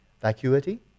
Vacuity